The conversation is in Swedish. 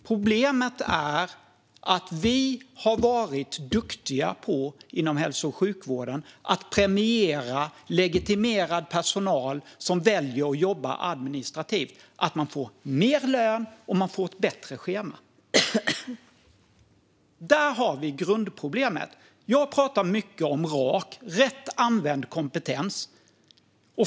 Problemet är att vi inom hälso och sjukvården har varit duktiga på att premiera legitimerad personal som väljer att jobba administrativt. Man får mer lön, och man får ett bättre schema. Där har vi grundproblemet. Jag talar mycket om rak, rätt använd kompetens.